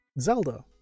Zelda